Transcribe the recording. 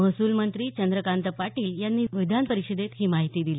महसूल मंत्री चंद्रकांत पाटील यांनी विधान परिषदेत ही माहिती दिली